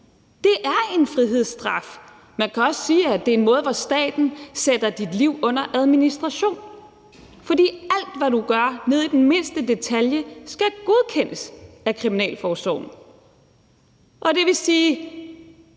Det er en frihedsstraf. Man kan også sige, at det er en måde, hvorpå staten sætter dit liv under administration, for alt, hvad du gør, ned i den mindste detalje, skal godkendes af kriminalforsorgen. Og det vil sige,